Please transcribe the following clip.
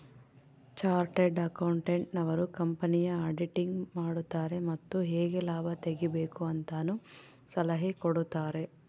chartered accountant ನವರು ಕಂಪನಿಯ auditing ಮಾಡುತಾರೆ ಮತ್ತು ಹೇಗೆ ಲಾಭ ತೆಗಿಬೇಕು ಅಂತನು ಸಲಹೆ ಕೊಡುತಾರೆ